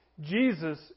Jesus